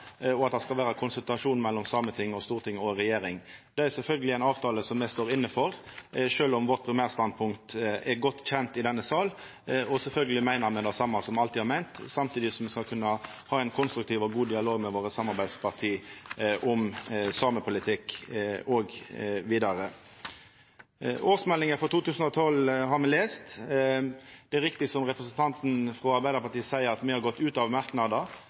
og at det skal vera konsultasjon mellom sameting, storting og regjering. Det er sjølvsagt ein avtale som me står inne for, sjølv om vårt primærstandpunkt er godt kjent i denne sal. Sjølvsagt meiner me det same som me alltid har meint, samtidig som me skal kunna ha ein konstruktiv og god dialog med våre samarbeidsparti om samepolitikken òg vidare. Årsmeldinga for 2012 har me lese. Det er riktig som representanten frå Arbeidarpartiet seier, at me har gått ut av